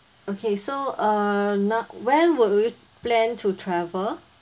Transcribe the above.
okay so uh not where would you plan to travel